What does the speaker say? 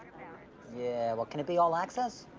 yeah, well can it be all access?